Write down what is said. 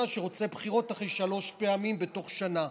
שרוצה בחירות אחרי שלוש פעמים בתוך שנה.